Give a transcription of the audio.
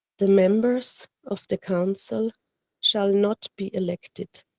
the members of the council shall not be elected,